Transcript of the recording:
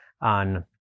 on